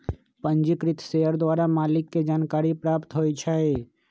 पंजीकृत शेयर द्वारा मालिक के जानकारी प्राप्त होइ छइ